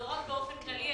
לא רק באופן כללי,